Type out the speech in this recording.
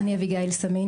אני אביגיל סאמן,